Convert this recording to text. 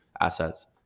Assets